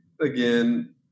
again